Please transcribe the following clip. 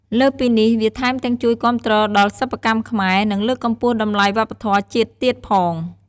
លើសពីនេះ វាថែមទាំងជួយគាំទ្រដល់សិប្បកម្មខ្មែរ និងលើកកម្ពស់តម្លៃវប្បធម៌ជាតិទៀតផង។